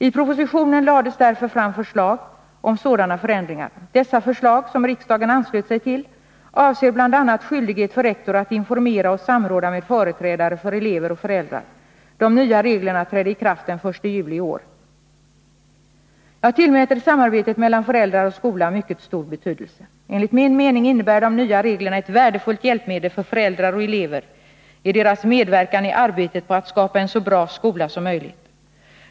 I propositionen lades därför fram förslag om sådana förändringar. Dessa förslag, som riksdagen anslöt sig till, avser bl.a. skyldighet för rektor att informera och samråda med företrädare för elever och föräldrar. De nya reglerna trädde i kraft den 1 juli i år. Jag tillmäter samarbetet mellan föräldrar och skola mycket stor betydelse. Enligt min mening innebär de nya reglerna ett värdefullt hjälpmedel för föräldrar och elever i deras medverkan i arbetet på att skapa en så bra skola — Nr 34 som möjligt.